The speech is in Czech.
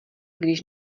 když